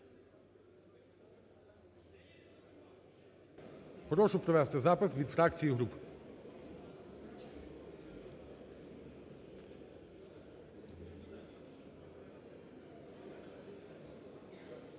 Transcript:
Прошу провести запис від фракцій і груп.